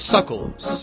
Suckles